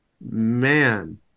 man